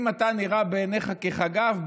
שאם אתה נראה בעיניך כחגב,